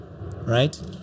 right